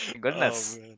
Goodness